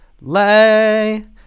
Lay